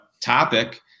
topic